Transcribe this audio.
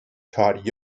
taught